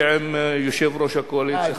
כדי שתחזור.